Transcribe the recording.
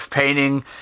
painting